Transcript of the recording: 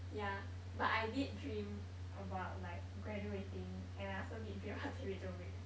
ya but I did dream about like graduating and I also did dream about david dobrik